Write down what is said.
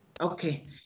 Okay